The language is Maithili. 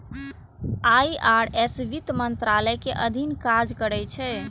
आई.आर.एस वित्त मंत्रालय के अधीन काज करै छै